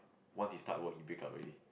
once he start work he breakup already